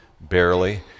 barely